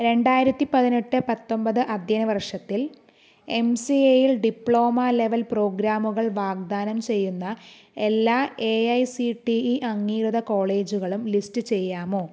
രണ്ടായിരത്തിപതിനെട്ട് പത്തൊമ്പത് അധ്യയന വർഷത്തിൽ എം സി എയിൽ ഡിപ്ലോമ ലെവൽ പ്രോഗ്രാമുകൾ വാഗ്ദാനം ചെയ്യുന്ന എല്ലാ A I C T E അംഗീകൃത കോളേജുകളും ലിസ്റ്റ് ചെയ്യാമോ